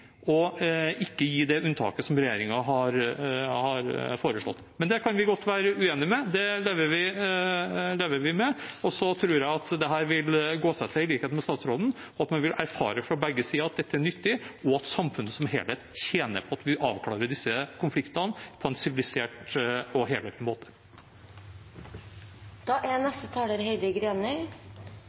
ikke gi det unntaket som regjeringen har foreslått. Men det kan vi godt være uenige om, det lever vi med. Så tror jeg, i likhet med statsråden, at dette vil gå seg til, at man vil erfare fra begge sider at dette er nyttig, og at samfunnet som helhet tjener på at vi avklarer disse konfliktene på en sivilisert og helhetlig måte.